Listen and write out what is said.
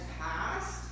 passed